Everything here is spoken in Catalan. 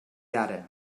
ara